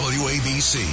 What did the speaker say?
wabc